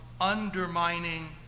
undermining